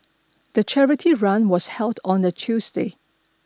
the charity run was held on a Tuesday